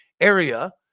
area